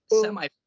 semi